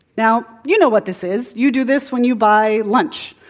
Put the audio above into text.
now, you know what this is. you do this when you buy lunch.